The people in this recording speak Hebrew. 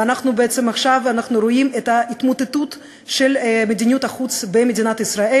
ואנחנו בעצם רואים עכשיו את התמוטטות מדיניות החוץ של מדינת ישראל.